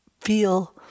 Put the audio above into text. feel